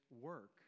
work